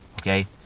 Okay